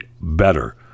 better